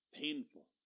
painful